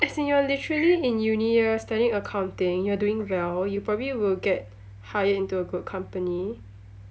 as in you're literally in uni you're studying accounting you're doing well you probably will get hired into a good company